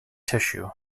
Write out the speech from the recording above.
tissue